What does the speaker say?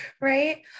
Right